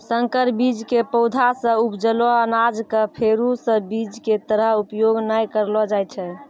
संकर बीज के पौधा सॅ उपजलो अनाज कॅ फेरू स बीज के तरह उपयोग नाय करलो जाय छै